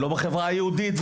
ולא בחברה היהודית,